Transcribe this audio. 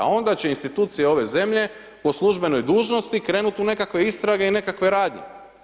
A onda će institucije ove zemlje po službenoj dužnosti krenuti u nekakve istrage i nekakve radnje.